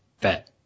Bet